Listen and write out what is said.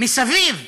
מסביב מסריחים.